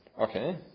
Okay